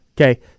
okay